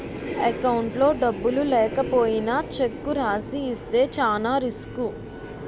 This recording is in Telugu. అకౌంట్లో డబ్బులు లేకపోయినా చెక్కు రాసి ఇస్తే చానా రిసుకు